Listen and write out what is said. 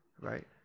right